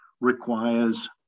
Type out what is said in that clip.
requires